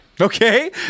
Okay